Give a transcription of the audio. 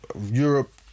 Europe